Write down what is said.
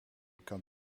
kan